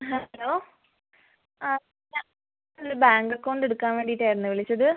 ആ ഹലോ ആ ഞാനൊരു ബാങ്ക് അക്കൗണ്ട് എടുക്കാൻ വേണ്ടീട്ടായിരുന്നു വിളിച്ചത്